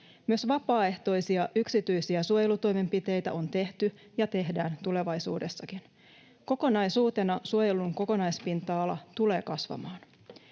Myös vapaaehtoisia yksityisiä suojelutoimenpiteitä on tehty ja tehdään tulevaisuudessakin. Kokonaisuutena suojelun kokonaispinta-ala tulee kasvamaan.